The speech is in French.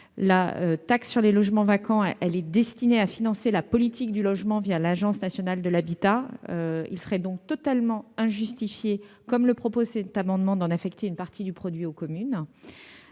la taxe sur les logements vacants est destinée à financer la politique du logement, l'Agence nationale de l'habitat. Il serait donc totalement injustifié d'en affecter une partie du produit aux communes,